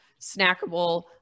snackable